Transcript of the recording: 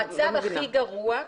בתהליך,